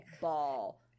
ball